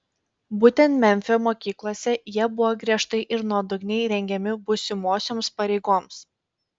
būtent memfio mokyklose jie buvo griežtai ir nuodugniai rengiami būsimosioms pareigoms